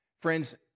Friends